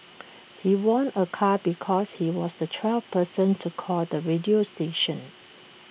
he won A car because he was the twelfth person to call the radio station